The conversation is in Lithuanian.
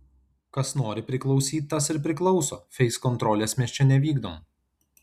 kas nori priklausyt tas ir priklauso feiskontrolės mes čia nevykdom